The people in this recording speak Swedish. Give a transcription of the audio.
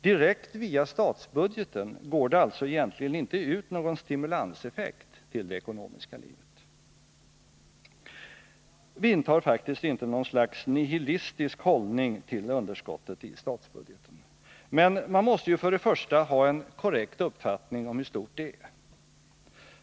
Direkt via statsbudgeten går det alltså egentligen inte ut någon stimulanseffekt till det ekonomiska livet. Vi intar faktiskt inte något slags nihilistisk hållning till underskottet i statsbudgeten. Men man måste ju för det första ha en korrekt uppfattning om hur stort det är.